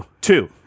Two